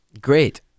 Great